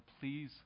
Please